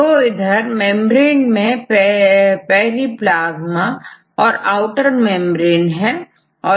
तो इधर मेंब्रेन मेंपैरीप्लाज्मा और यहआउटर मेंब्रेन है